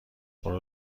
برم